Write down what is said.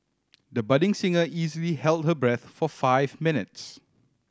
the budding singer easily held her breath for five minutes